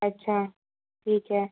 अच्छा ठीक है